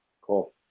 cool